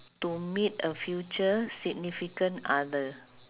to meet a future significant other